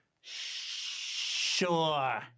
Sure